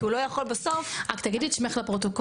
כי הוא לא יכול בסוף --- רק תגידי את שמך לפרוטוקול.